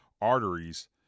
arteries